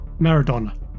Maradona